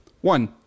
One